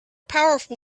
powerful